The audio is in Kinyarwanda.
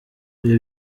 ibi